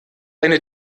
eine